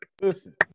Listen